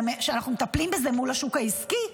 שאנחנו מטפלים בה מול השוק העסקי.